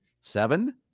seven